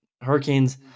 Hurricanes